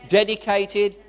dedicated